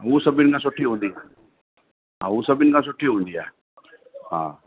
हूअ सभिनि खां सुठी हूंदी हा हू सभिनि खां सुठी हूंदी आहे हा